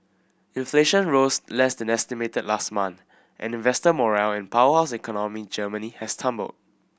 inflation rose less than estimated last month and investor morale in powerhouse economy Germany has tumbled